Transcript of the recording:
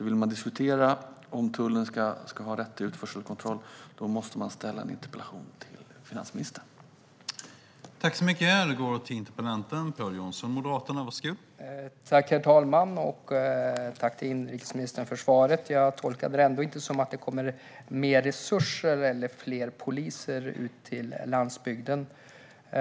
Vill man diskutera om tullen ska ha rätt till utförselkontroll måste man ställa en interpellation till finansministern.